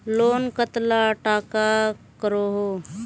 Loan कतला टाका करोही?